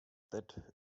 that